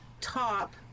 top